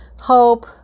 hope